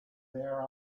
there